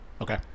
Okay